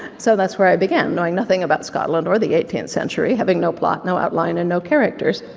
so that's where i began, knowing nothing about scotland, or the eighteenth century, having no plot, no outline, and no characters,